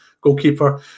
goalkeeper